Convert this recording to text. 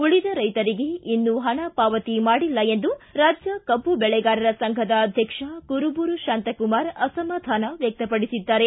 ಉಳಿದ ರೈತರಿಗೆ ಇನ್ನೂ ಹಣ ಪಾವತಿ ಮಾಡಿಲ್ಲ ಎಂದು ರಾಜ್ಯ ಕಬ್ಬು ಬೆಳೆಗಾರರ ಸಂಘದ ಅಧ್ಯಕ್ಷ ಕುರುಬೂರು ಶಾಂತಕುಮಾರ್ ಅಸಮಾಧಾನ ವ್ಯಕ್ತಪಡಿಸಿದ್ದಾರೆ